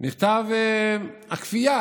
מכתב כפייה